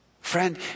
Friend